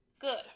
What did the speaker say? Good